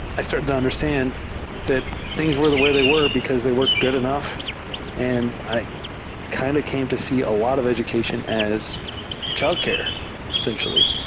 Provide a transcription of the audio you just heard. i started to understand that things were the way they were because they were good enough and i kind of came to see a lot of education as childcare essentially.